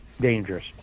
dangerous